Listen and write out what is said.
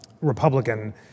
Republican